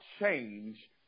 change